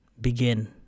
begin